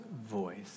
voice